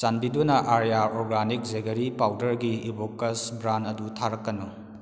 ꯆꯥꯟꯕꯤꯗꯨꯅ ꯑꯥꯔꯤꯌꯥ organic jaggery ꯄꯥꯎꯗꯔꯒꯤ ꯏꯕꯣꯀꯁ ꯕ꯭ꯔꯥꯟ ꯑꯗꯨ ꯊꯥꯔꯛꯀꯅꯨ